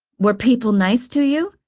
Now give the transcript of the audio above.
were people nice to you?